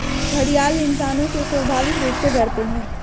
घड़ियाल इंसानों से स्वाभाविक रूप से डरते है